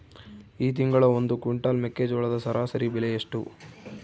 ಈ ತಿಂಗಳ ಒಂದು ಕ್ವಿಂಟಾಲ್ ಮೆಕ್ಕೆಜೋಳದ ಸರಾಸರಿ ಬೆಲೆ ಎಷ್ಟು?